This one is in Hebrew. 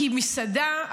כי מסעדה,